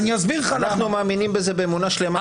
אנחנו מאמינים בזה באמונה שלמה,